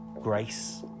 grace